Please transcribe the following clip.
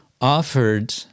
offered